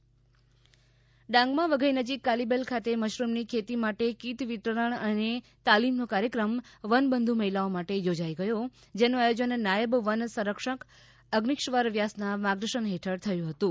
વનબંધુ મહિલાને કીટ વિતરણ ડાંગમાં વઘઇ નજીક કાલીબેલ ખાતે મશરૂમની ખેતી માટે કીટ વિતરણ અને તાલીમ નો કાર્યક્રમ વનબંધુ મહિલાઓ માટે થોજાઈ ગયો જેનું આયોજન નાયબ વન સંરક્ષક અઝિશ્વર વ્યાસના માર્ગદર્શન હેઠળ થયું હતું